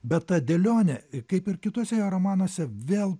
bet ta dėlionė kaip ir kituose jo romanuose vėl